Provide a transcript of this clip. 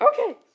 Okay